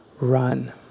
run